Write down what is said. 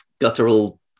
guttural